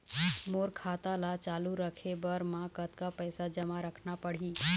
मोर खाता ला चालू रखे बर म कतका पैसा जमा रखना पड़ही?